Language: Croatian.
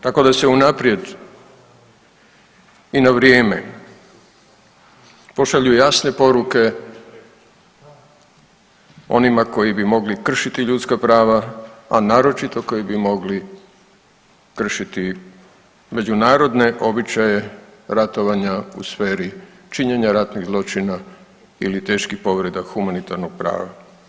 Tako da se unaprijed i na vrijeme pošalju jasne poruke onima koji bi mogli kršiti ljudska prava, a naročito koji bi mogli kršiti međunarodne običaje ratovanja u sferi činjenja ratnih zločina ili teških povreda humanitarnog prava.